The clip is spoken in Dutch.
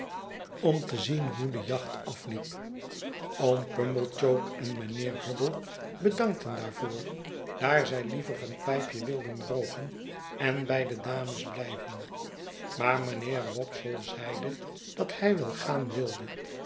om te zien hoe de jacht afliep oom pumblechook en mijnheer hubble bedankten daarvoor daar zij liever een pijpje wilden rooken en bij de dames blijven maar mijnheer wopsle zeide dat hij wel gaan wilde